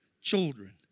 Children